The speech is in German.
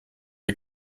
wie